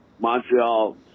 montreal